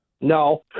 No